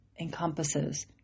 encompasses